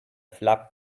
flap